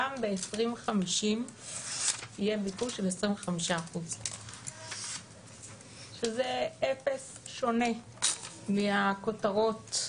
גם ב-2050 יהיה ביקוש של 25%, שזה שונה מהכותרות,